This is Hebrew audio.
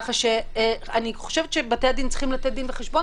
אני חושבת שבתי-הדין צריכים לתת דין וחשבון